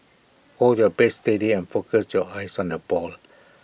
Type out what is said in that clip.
hold your bat steady and focus your eyes on the ball